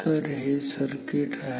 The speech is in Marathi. तर हे सर्किट आहे ठीक आहे